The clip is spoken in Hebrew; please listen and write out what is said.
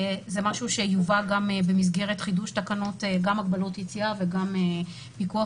זה משהו שיובא גם במסגרת חידוש תקנות הגבלות יציאה וגם פיקוח